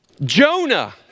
Jonah